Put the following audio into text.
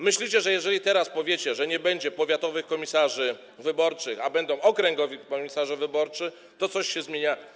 Myślicie, że jeżeli teraz powiecie, że nie będzie powiatowych komisarzy wyborczych, ale będą okręgowi komisarze wyborczy, to coś się zmienia?